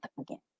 again